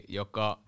joka